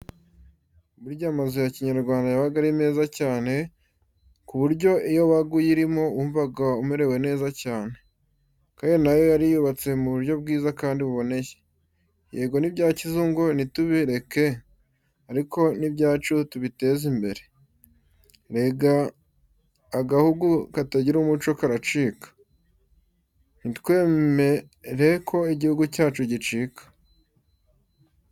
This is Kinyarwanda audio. Burya amazu ya Kinyarwanda yabaga ari meza cyane, ku buryo iyo wabaga uyirimo wumvaga umerewe neza cyane, kandi na yo yari yubatse mu buryo bwiza kandi buboneye. Yego n'ibya kizungu ntitubireke, ariko n'ibyacu tubiteze imbere. Erega agahugu katagira umuco karacika, ntitwemere ko igihugu cyacu gicika.